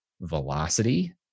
velocity